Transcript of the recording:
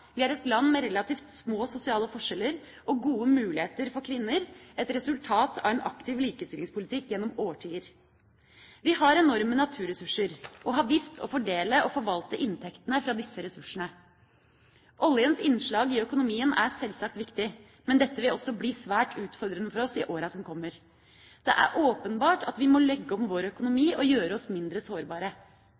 Vi er et land med relativt små sosiale forskjeller og gode muligheter for kvinner, et resultat av en aktiv likestillingspolitikk gjennom årtier. Vi har enorme naturressurser og har visst å fordele og forvalte inntektene fra disse ressursene. Oljens innslag i økonomien er sjølsagt viktig, men dette vil også bli svært utfordrende for oss i åra som kommer. Det er åpenbart at vi må legge om vår økonomi og gjøre oss mindre sårbare.